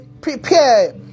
Prepare